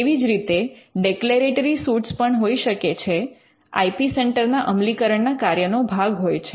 તેવી જ રીતે ડિક્લૅરટરી સૂટ પણ હોઈ શકે છે આઇ પી સેન્ટર ના અમલીકરણના કાર્ય નો ભાગ હોય છે